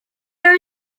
are